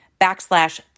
backslash